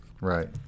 Right